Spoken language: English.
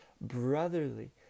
brotherly